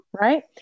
right